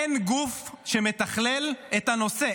אין גוף שמתכלל את הנושא.